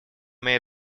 made